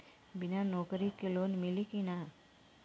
बिना नौकरी के लोन मिली कि ना?